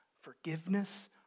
Forgiveness